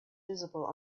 visible